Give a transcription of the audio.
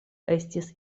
estis